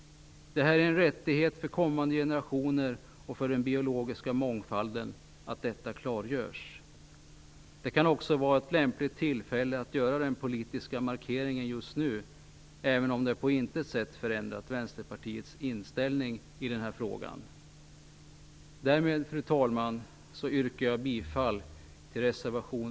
Det är en rättighet för kommande generationer och för den biologiska mångfalden att detta klargörs. Det kan också vara ett lämpligt tillfälle att göra den politiska markeringen just nu, även om det på intet sätt förändrat Vänsterpartiets inställning i denna fråga. Därmed, fru talman, yrkar jag bifall till reservation